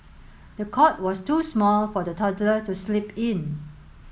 the cot was too small for the toddler to sleep in